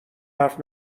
حرف